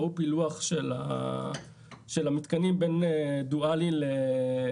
ראו בשקף הקודם פילוח של המתקנים בין דואלי לקרקעי.